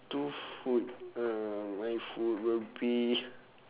two food uh my food will be